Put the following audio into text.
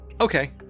Okay